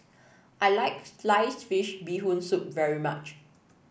I like Sliced Fish Bee Hoon Soup very much